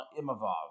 Imavov